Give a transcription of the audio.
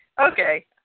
Okay